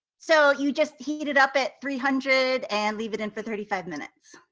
so you just heat it up at three hundred and leave it in for thirty five minutes.